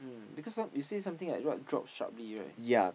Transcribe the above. mm because some you say something like what drop sharply right